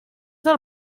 del